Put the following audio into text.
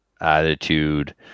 attitude